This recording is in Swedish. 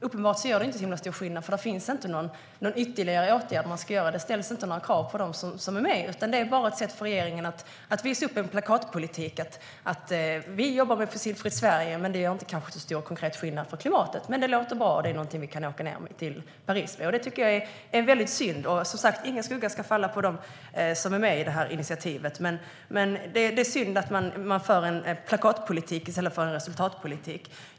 Uppenbarligen gör det inte så himla stor skillnad, för där finns inte någon ytterligare åtgärd man ska vidta. Det ställs inte några krav på dem som är med, utan det är bara ett sätt för regeringen att visa upp en plakatpolitik: Vi jobbar med Fossilfritt Sverige! Det gör kanske inte så stor konkret skillnad för klimatet, men det låter bra, och det är någonting att åka ned till Paris med. Detta tycker jag är väldigt synd. Som sagt ska ingen skugga falla på dem som är med i initiativet, men det är synd att man för en plakatpolitik i stället för en resultatpolitik.